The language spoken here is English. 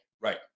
Right